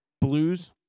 Blues